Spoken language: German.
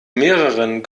mehreren